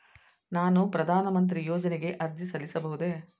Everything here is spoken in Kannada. ನಾನು ಪ್ರಧಾನ ಮಂತ್ರಿ ಯೋಜನೆಗೆ ಅರ್ಜಿ ಸಲ್ಲಿಸಬಹುದೇ?